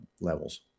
levels